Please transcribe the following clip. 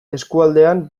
eskualdean